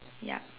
yup